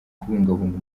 kubungabunga